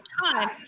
time